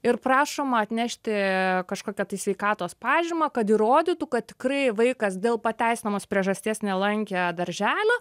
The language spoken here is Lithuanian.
ir prašoma atnešti kažkokią tai sveikatos pažymą kad įrodytų kad tikrai vaikas dėl pateisinamos priežasties nelankė darželio